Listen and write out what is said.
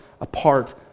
apart